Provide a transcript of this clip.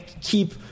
keep